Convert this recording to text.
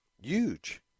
huge